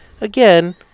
again